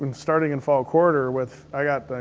um starting in fall quarter with. i got the.